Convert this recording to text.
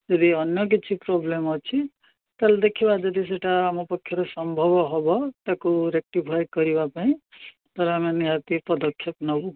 ଯଦି ଅନ୍ୟ କିଛି ପ୍ରୋବ୍ଲେମ୍ ଅଛି ତା'ହେଲେ ଦେଖିବା ଯଦି ସେଇଟା ଆମ ପକ୍ଷରେ ସମ୍ଭବ ହବ ତାକୁ ରେକ୍ଟିଫାଏ କରିବା ପାଇଁ ତା'ହାଲେ ଆମେ ନିହାତି ପଦକ୍ଷେପ ନବୁ